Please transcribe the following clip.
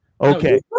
Okay